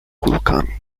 kulkami